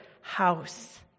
house